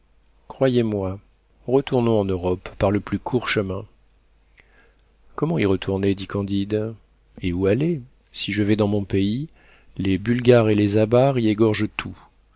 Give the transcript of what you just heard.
croyez-moi retournons en europe par le plus court chemin comment y retourner dit candide et où aller si je vais dans mon pays les bulgares et les abares y égorgent tout